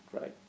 Right